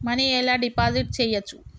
Money ఎలా deposit చేయచ్చు?